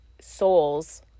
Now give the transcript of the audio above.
souls